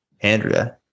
Andrea